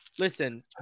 Listen